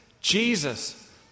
Jesus